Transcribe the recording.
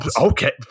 okay